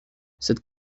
cette